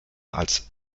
als